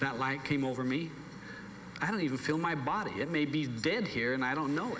that light came over me i don't even feel my body it may be dead here and i don't know